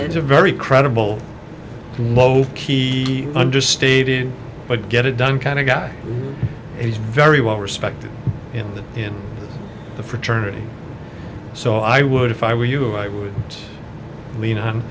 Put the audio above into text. or it's a very credible low key understated but get it done kind of guy he's very well respected in the in the fraternity so i would if i were you i would lean on